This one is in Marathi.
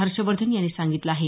हर्षवर्धन यांनी सांगितलं आहे